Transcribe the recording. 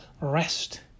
rest